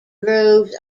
groves